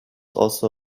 also